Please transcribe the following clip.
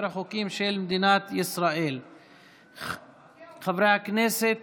13 חברי כנסת